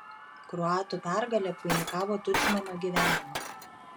kroatų pergalė apvainikavo tudžmano gyvenimą